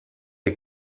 est